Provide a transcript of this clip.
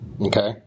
Okay